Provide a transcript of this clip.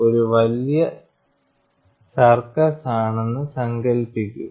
ഒരു വലിയ സർക്കസ് ആണെന്ന് സങ്കൽപ്പിക്കുക